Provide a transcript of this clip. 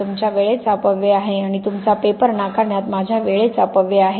तुमच्या वेळेचा अपव्यय आहे आणि तुमचा पेपर नाकारण्यात माझ्या वेळेचा अपव्यय आहे